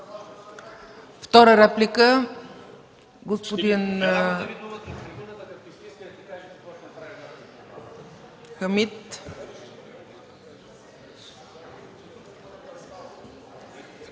Втора реплика – господин Хамид.